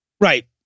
Right